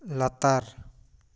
ᱞᱟᱛᱟᱨ